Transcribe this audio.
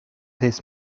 his